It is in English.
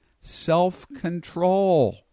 self-control